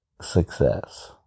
success